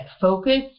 Focus